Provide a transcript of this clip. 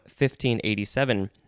1587